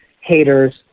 haters